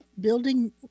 building